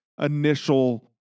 initial